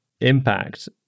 impact